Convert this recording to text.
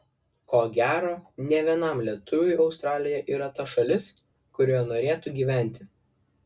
ko gero ne vienam lietuviui australija yra ta šalis kurioje norėtų gyventi